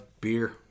beer